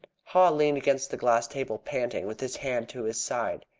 haw leaned against the glass table panting, with his hand to his side.